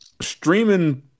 streaming